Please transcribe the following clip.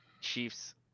Chiefs